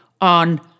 on